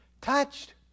touched